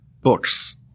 books